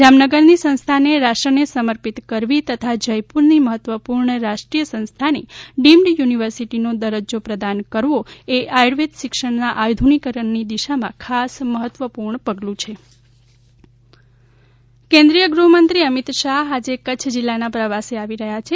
જામનગરની સંસ્થાને રાષ્ટ્રને સમર્પિત કરવી તથા જયપુરની મહત્વપૂર્ણ રાષ્ટ્રીય સંસ્થાને ડીમ્ડ યુનિવર્સિટીનો દરજ્જો પ્રદાન કરવો એ આયુર્વેદ શિક્ષણના આધુનિકીકરણની દિશામાં ખાસ મહત્વપૂર્ણ પગલું છે અમિત શાહ્ કેન્દ્રીય ગૃહમંત્રી અમિત શાહ આજે કચ્છ જીલ્લાના પ્રવાસે આવી રહ્યા છે